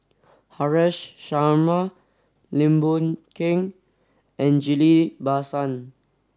Haresh Sharma Lim Boon Keng and Ghillie Basan